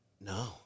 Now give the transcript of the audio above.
No